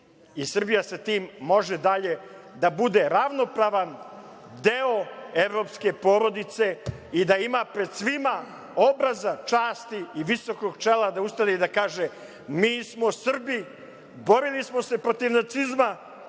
i Srbija sa tim može dalje da bude ravnopravan deo evropske porodice i da ima pred svima obraza, časti i visokog čela da ustane i da kaže – mi smo Srbi, borili smo se protiv nacizma